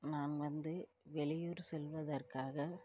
நான் வந்து வெளியூர் செல்வதற்காக